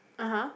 (uh huh)